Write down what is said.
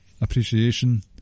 appreciation